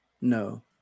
No